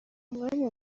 mwanya